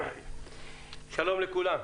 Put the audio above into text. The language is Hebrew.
שלום לכולם,